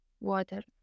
water